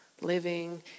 living